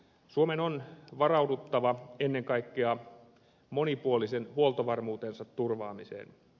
suomen on varauduttava ennen kaikkea monipuolisen huoltovarmuutensa turvaamiseen